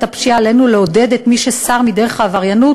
הפשיעה עלינו לעודד את מי שסר מדרך העבריינות